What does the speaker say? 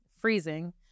freezing